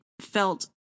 felt